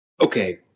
Okay